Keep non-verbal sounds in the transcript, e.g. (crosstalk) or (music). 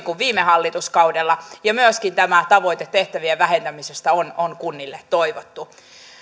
(unintelligible) kuin viime hallituskaudella ja myöskin tämä tavoite tehtävien vähentämisestä on on kunnille toivottu